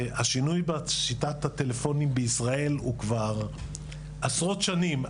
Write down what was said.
שהשינוי בשיטת הטלפונים בישראל הוא כבר עשרות שנים,